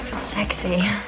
Sexy